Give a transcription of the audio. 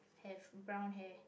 have brown hair